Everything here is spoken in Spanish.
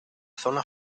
zona